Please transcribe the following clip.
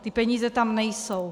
Ty peníze tam nejsou.